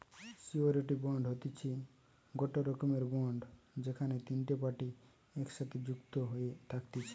surety bond হতিছে গটে রকমের বন্ড যেখানে তিনটে পার্টি একসাথে যুক্ত হয়ে থাকতিছে